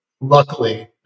luckily